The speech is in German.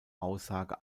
aussage